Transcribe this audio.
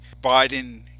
biden